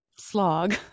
slog